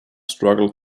struggled